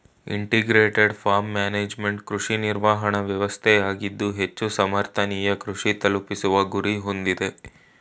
integrated farm management ಕೃಷಿ ನಿರ್ವಹಣಾ ವ್ಯವಸ್ಥೆಯಾಗಿದ್ದು ಹೆಚ್ಚು ಸಮರ್ಥನೀಯ ಕೃಷಿ ತಲುಪಿಸುವ ಗುರಿ ಹೊಂದಿದೆ